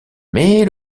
mais